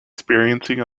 experiencing